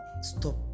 stop